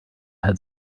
had